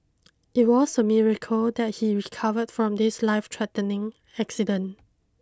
it was a miracle that he recovered from this life threatening accident